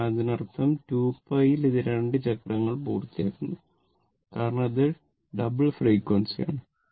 അതിനാൽ അതിനർത്ഥം 2π ൽ ഇത് 2 ചക്രങ്ങൾ പൂർത്തിയാക്കുന്നു കാരണം ഇത് ഡബിൾ ഫ്രേക്യുഎൻസി ആണ്